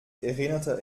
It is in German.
erinnerte